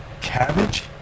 Cabbage